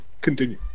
Continue